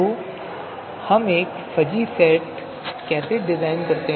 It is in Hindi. तो हम एक फ़ज़ी सेट कैसे डिज़ाइन करते हैं